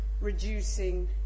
reducing